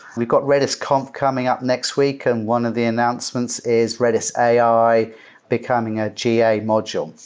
we got redis conf coming up next week and one of the announcements is redis ai becoming a ga module.